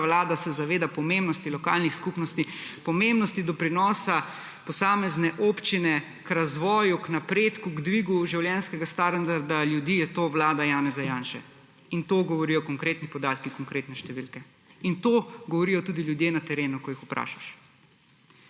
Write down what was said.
vlada se zaveda pomembnosti lokalnih skupnosti, pomembnosti doprinosa posamezne občine k razvoju, k napredku, k dvigu življenjskega standarda ljudi, je to vlada Janeza Janše. In to govorijo konkretni podatki, konkretne številke in to govorijo tudi ljudje na terenu, ko jih vprašaš.